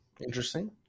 interesting